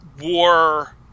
war